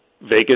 Vegas